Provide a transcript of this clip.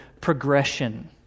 progression